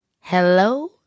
Hello